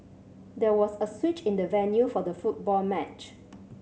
there was a switch in the venue for the football match